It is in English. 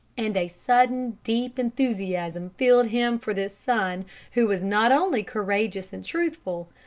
and a sudden deep enthusiasm filled him for this son who was not only courageous and truthful,